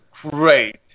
great